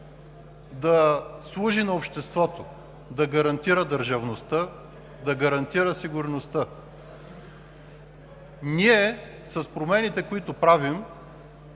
да служи на обществото – да гарантира държавността, да гарантира сигурността. С промените, които правим,